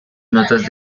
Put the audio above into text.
notas